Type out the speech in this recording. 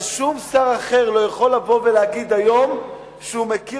אבל שום שר אחר לא יכול לבוא ולהגיד היום שהוא מכיר